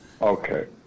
Okay